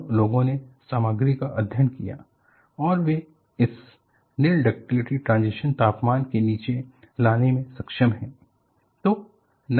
तो लोगों ने सामग्री का अध्ययन किया है और वे इस निल डक्टिलिटी ट्रांजिशन तापमान को नीचे लाने में सक्षम हैं